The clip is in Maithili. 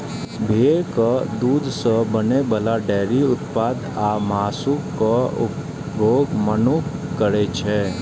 भेड़क दूध सं बनै बला डेयरी उत्पाद आ मासुक उपभोग मनुक्ख करै छै